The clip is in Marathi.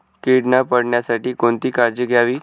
कीड न पडण्यासाठी कोणती काळजी घ्यावी?